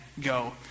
Go